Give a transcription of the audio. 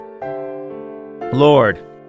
Lord